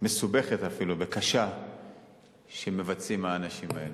והמסובכת אפילו וקשה שמבצעים האנשים האלה.